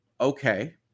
Okay